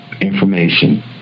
information